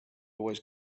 always